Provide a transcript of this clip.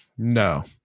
No